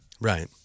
Right